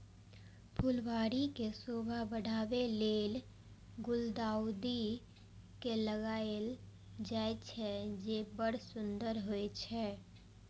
फुलबाड़ी के शोभा बढ़ाबै लेल गुलदाउदी के लगायल जाइ छै, जे बड़ सुंदर होइ छै